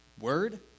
Word